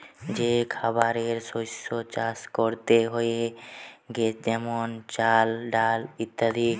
যে খাবারের শস্য চাষ করতে হয়ে যেমন চাল, ডাল ইত্যাদি